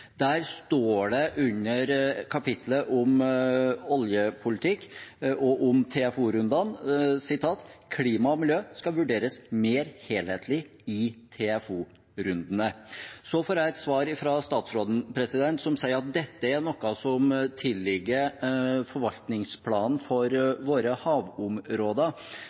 Der står det under kapittelet om oljepolitikk og om TFO-rundene: «Klima og miljø skal vurderes mer helhetlig i TFO-rundene.» Jeg fikk et svar fra statsråden som sa at dette er noe som tilligger forvaltningsplanene for våre havområder.